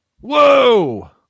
Whoa